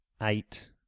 eight